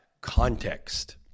Context